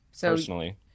personally